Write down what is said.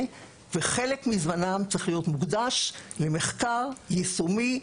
וחלק מזמנם צריך להיות מוקדש למחקר יישומי,